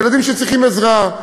ילדים שצריכים עזרה,